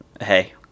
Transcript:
hey